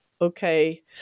Okay